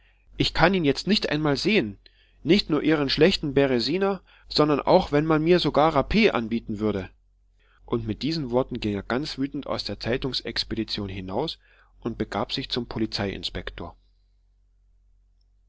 ich kann ihn jetzt nicht einmal sehen nicht nur ihren schlechten beresiner sondern auch wenn man mir sogar rap anbieten würde und mit diesen worten ging er ganz wütend aus der zeitungsexpedition hinaus und begab sich zu